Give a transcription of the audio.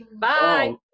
Bye